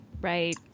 Right